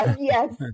Yes